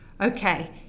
okay